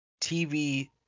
TV